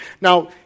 Now